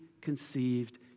conceived